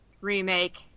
remake